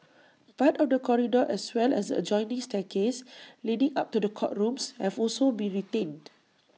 part of the corridor as well as adjoining staircase leading up to the courtrooms have also been retained